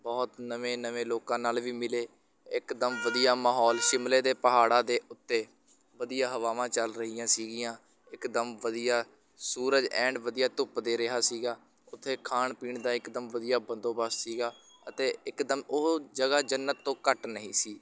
ਬਹੁਤ ਨਵੇਂ ਨਵੇਂ ਲੋਕਾਂ ਨਾਲ ਵੀ ਮਿਲੇ ਇਕਦਮ ਵਧੀਆ ਮਾਹੌਲ ਸ਼ਿਮਲੇ ਦੇ ਪਹਾੜਾਂ ਦੇ ਉੱਤੇ ਵਧੀਆ ਹਵਾਵਾਂ ਚੱਲ ਰਹੀਆਂ ਸੀਗੀਆਂ ਇਕਦਮ ਵਧੀਆ ਸੂਰਜ ਐਨ ਵਧੀਆ ਧੁੱਪ ਦੇ ਰਿਹਾ ਸੀਗਾ ਉੱਥੇ ਖਾਣ ਪੀਣ ਦਾ ਇਕਦਮ ਵਧੀਆ ਬੰਦੋਬਸਤ ਸੀਗਾ ਅਤੇ ਇਕਦਮ ਉਹ ਜਗ੍ਹਾ ਜੰਨਤ ਤੋਂ ਘੱਟ ਨਹੀਂ ਸੀ